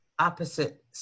Opposite